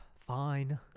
Fine